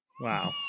wow